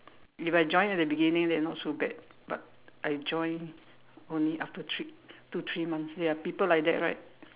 if I join at the beginning then not so bad but I join only after three two three months there are people like that right